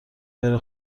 بره